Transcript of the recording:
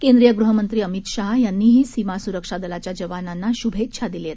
केंद्रीय गृहमंत्री अमित शाह यांनीही सीमा सुरक्षा दलाच्या जवानांना शुभेच्छा दिल्या आहेत